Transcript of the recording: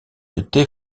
été